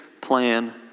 plan